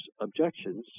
objections